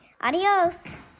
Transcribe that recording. Adios